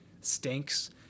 stinks